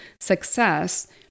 success